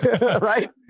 Right